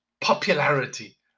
popularity